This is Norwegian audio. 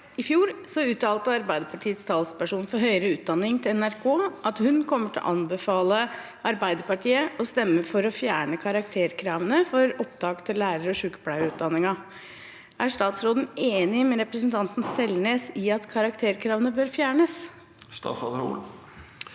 2023 uttalte Arbeiderpartiets talsperson for høyere utdanning til NRK at hun kommer til å anbefale Arbeiderpartiet å stemme for å fjerne karakterkravene for opptak til lærer- og sykepleierutdanningene. Er statsråden enig med representanten Selnes i at karakterkravene bør fjernes?» Statsråd